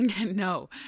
no